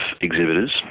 exhibitors